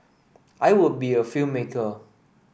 I would be a filmmaker